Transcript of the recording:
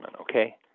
okay